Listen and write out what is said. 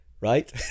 right